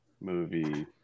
movie